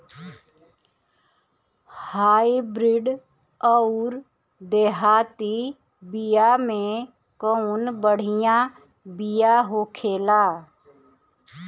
Hybrid अउर देहाती बिया मे कउन बढ़िया बिया होखेला?